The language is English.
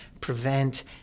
prevent